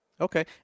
Okay